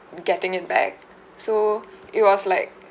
getting it back so it was like